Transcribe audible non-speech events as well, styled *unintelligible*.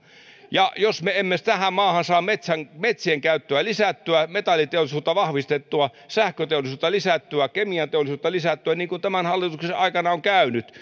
jos me emme tähän maahan saa metsien käyttöä lisättyä metalliteollisuutta vahvistettua sähköteollisuutta lisättyä kemianteollisuutta lisättyä niin kuin tämän hallituksen aikana on käynyt *unintelligible*